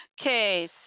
Okay